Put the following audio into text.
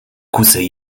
kusej